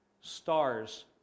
Stars